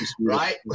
right